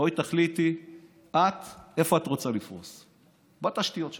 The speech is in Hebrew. בואי תחליטי את איפה את רוצה לפרוס, בתשתיות שלך,